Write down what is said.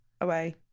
away